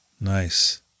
Nice